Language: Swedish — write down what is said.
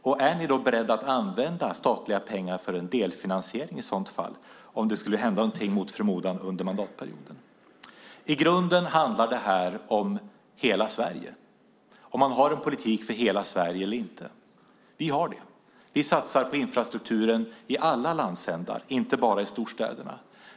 Och är ni beredda att använda statliga pengar för en delfinansiering om det mot förmodan skulle hända något under mandatperioden? I grunden handlar detta om hela Sverige och om man har en politik för hela Sverige eller inte. Vi har det. Vi satsar på infrastrukturen i alla landsändar, inte bara i storstäderna.